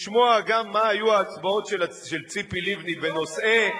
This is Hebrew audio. לשמוע גם מה היו ההצבעות של ציפי לבני בנושאי דת,